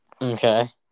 Okay